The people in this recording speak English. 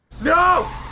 no